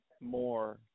more